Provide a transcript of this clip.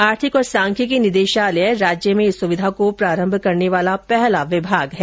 आर्थिक और सांख्यिकी निदेशालय राज्य में इस सुविधा को प्रारंभ करने वाला पहला विभाग है